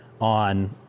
on